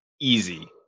easy